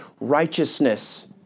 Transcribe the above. righteousness